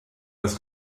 das